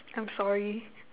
I'm sorry